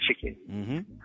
chicken